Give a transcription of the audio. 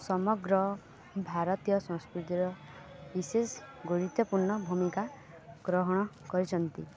ସମଗ୍ର ଭାରତୀୟ ସଂସ୍କୃତିର ବିଶେଷ ଗୁରୁତ୍ୱପୂର୍ଣ୍ଣ ଭୂମିକା ଗ୍ରହଣ କରିଛନ୍ତି